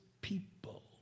people